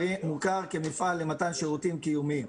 מוכר כמפעל למתן שירותים קיומיים.